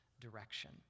direction